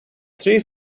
three